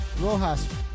Rojas